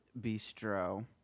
bistro